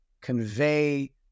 convey